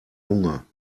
hunger